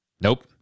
nope